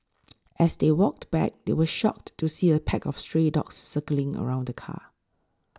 as they walked back they were shocked to see a pack of stray dogs circling around the car